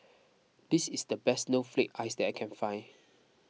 this is the best Snowflake Ice that I can find